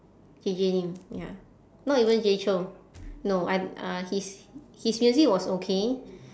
J J lin ya not even jay chou no I uh his his music was okay